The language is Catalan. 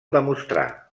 demostrar